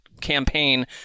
campaign